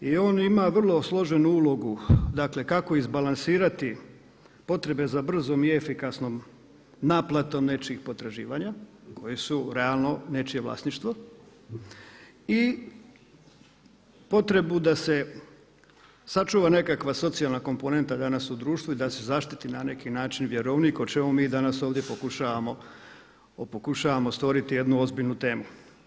I on ima vrlo složenu ulogu, dakle kako izbalansirati potrebe za brzom i efikasnom naplatom nečijih potraživanje koje su realno nečije vlasništvo i potrebu da se sačuva nekakva socijalna komponenta danas u društvu i da se zaštiti na neki način vjerovnik o čemu mi danas ovdje pokušavamo stvoriti jednu ozbiljnu temu.